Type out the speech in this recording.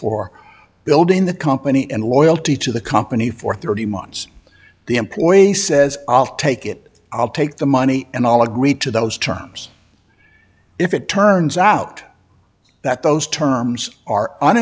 for building the company and loyalty to the company for thirty months the employee says i'll take it i'll take the money and all agree to those terms if it turns out that those terms are on